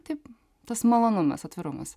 taip tas malonumas atvirumas